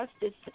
justice